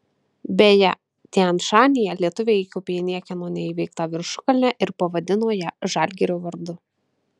beje tian šanyje lietuviai įkopė į niekieno neįveiktą viršukalnę ir pavadino ją žalgirio vardu